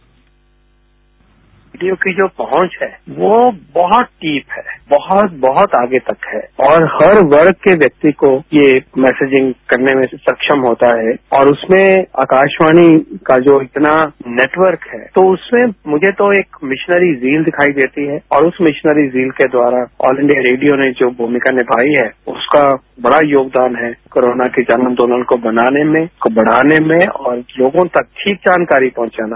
sound bite radio की जो पहुंच है वो बहत डीप है बहुत बहुत आगे तक है और हर वर्ग के व्यक्ति को ये मेसिजिंग करने में सक्षम होता है और उसमें आकाशवाणी को जो अपना नेटवर्क है तो उसमें मुझे तो एक मिशनरी जील दिखाई देती है और उस मिशनरी जील के द्वारा ऑल इंडिया रेडियो ने जो भूमिका निमाई है उसका बड़ा योगदान है कोरोना के जन आंदोलन को बनाने में बढ़ाने में और लोगों तक ठीक जानकारी पहचाना